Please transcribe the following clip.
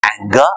anger